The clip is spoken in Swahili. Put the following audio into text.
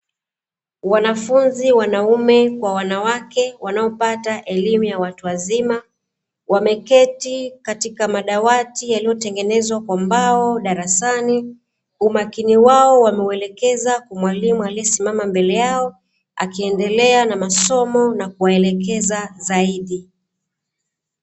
Wanafunzi (wanaume kwa wanawake) wanaopata elimu ya watu wazima, wameketi katika madawati yaliyotengenezwa kwa mbao darasani. Umakini wao wameuelekeza kwa mwalimu aliyesimama mbele yao, akiendelea na masomo na kuwaelekeza zaidi.